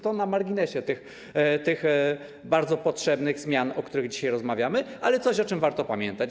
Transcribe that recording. To na marginesie tych bardzo potrzebnych zmian, o których dzisiaj rozmawiamy, ale o tym też warto pamiętać.